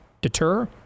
deter